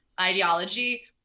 ideology